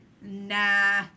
Nah